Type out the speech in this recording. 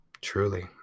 Truly